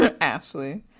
Ashley